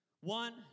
One